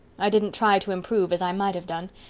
i didn't try to improve as i might have done.